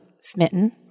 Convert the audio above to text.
smitten